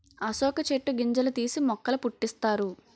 అశోక చెట్టు గింజలు తీసి మొక్కల పుట్టిస్తారు